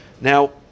now